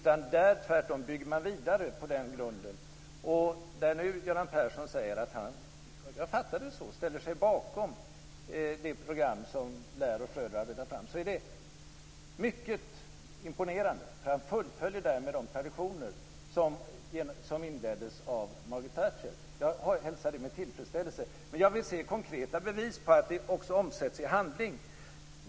Där bygger man tvärtom vidare på den grunden. Jag fattar det så att Göran Persson nu säger att han ställer sig bakom det program som Blair och Schröder har arbetat fram. Det är mycket imponerande. Han fullföljer därmed de traditioner som inleddes av Margaret Thatcher. Jag hälsar det med tillfredsställelse, men jag vill se konkreta bevis på att det också omsätts i handling.